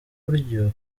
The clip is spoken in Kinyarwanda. iburyo